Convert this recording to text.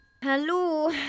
Hello